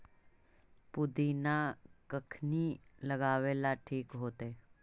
पुदिना कखिनी लगावेला ठिक होतइ?